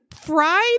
fried